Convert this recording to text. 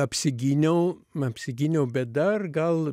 apsigyniau apsigyniau bet dar gal